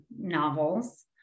novels